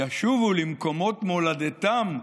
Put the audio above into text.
ישובו למקומות מולדתם,